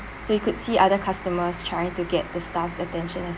so you could see other customers trying to get the staff's attention as